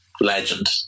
legend